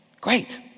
great